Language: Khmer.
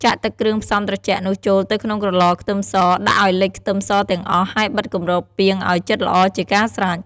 ចាក់ទឹកគ្រឿងផ្សំត្រជាក់នោះចូលទៅក្នុងក្រឡខ្ទឹមស ដាក់ឲ្យលិចខ្ទឹមសទាំងអស់ ហើយបិទគម្របពាងឲ្យជិតល្អជាការស្រេច។